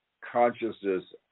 consciousness